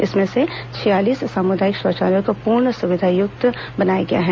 इनमें से छियालीस सामुदायिक शौचालयों को पूर्ण सुविधायुक्त बनाया गया है